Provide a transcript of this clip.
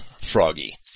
froggy